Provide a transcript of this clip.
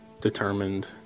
determined